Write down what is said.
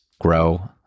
grow